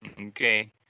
Okay